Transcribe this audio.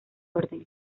orden